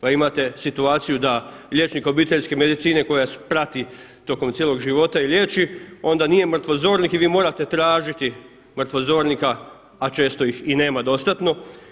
Pa imate situaciju da liječnik obiteljske medicine koja prati tokom cijelog života i liječi onda nije mrtvozornik i vi morate tražiti mrtvozornika a često ih i nema dostatno.